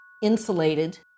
insulated